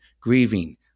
grieving